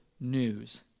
news